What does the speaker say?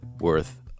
worth